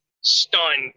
stunned